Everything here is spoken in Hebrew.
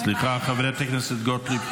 סליחה, חברת הכנסת גוטליב.